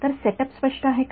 तर set up स्पष्ट आहे का